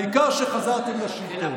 העיקר שחזרתם לשלטון.